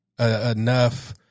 enough